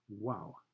Wow